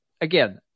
again